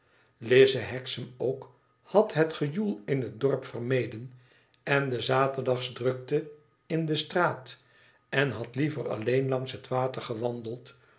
lize hexam ook had het gejoel in het dorp vermeden en de zaterdagsdrukte in de straat en had liever alleen langs het water gewandeld